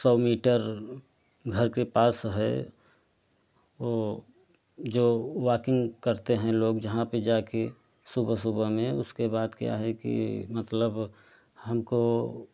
सौ मीटर घर के पास है वह जो वाकिंग करते हैं लोग जहाँ पर जाकर सुबह सुबह में उसके बाद क्या है कि मतलब हमको